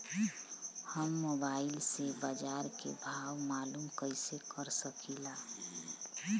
हम मोबाइल से बाजार के भाव मालूम कइसे कर सकीला?